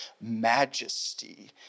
majesty